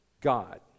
God